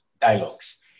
dialogues